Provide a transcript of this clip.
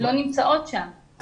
לא נמצאות שם.